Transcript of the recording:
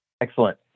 Excellent